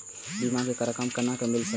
बीमा के रकम केना मिले छै?